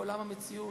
בעולם המציאות,